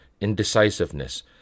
indecisiveness